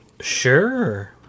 Sure